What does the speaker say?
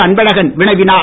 அன்பழகன் வினவினார்